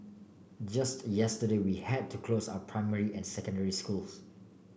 just yesterday we had to close our primary and secondary schools